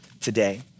today